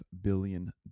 billion